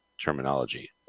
terminology